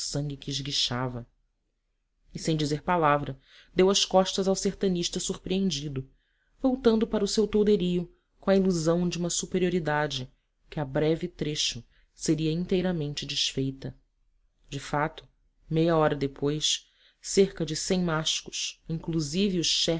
sangue que esguichava e sem dizer palavra deu as costas ao sertanista surpreendido voltando para o seu tolderío com a ilusão de uma superioridade que a breve trecho seria inteiramente desfeita de fato meia hora depois cerca de cem mashcos inclusive o